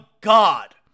god